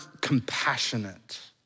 compassionate